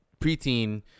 preteen